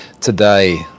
today